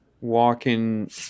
walking